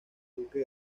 duque